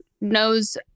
knows